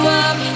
up